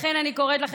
לכן אני קוראת לכם,